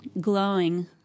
glowing